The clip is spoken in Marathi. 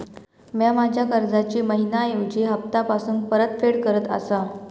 म्या माझ्या कर्जाची मैहिना ऐवजी हप्तासून परतफेड करत आसा